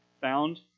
found